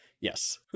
yes